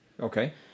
Okay